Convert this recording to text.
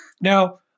Now